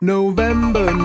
November